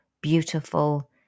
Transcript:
beautiful